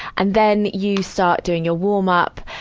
and then you start doing your warm-up.